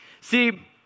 See